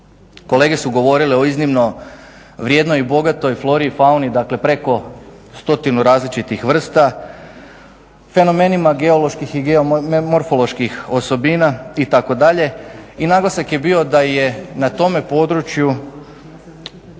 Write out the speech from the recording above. Kolege su govorile o iznimno vrijednoj i bogatoj flori i fauni dakle preko 100 različitih vrsta, fenomenima geoloških i geomorfoloških osobina itd. i naglasak je bio da je na tome području